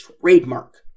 trademark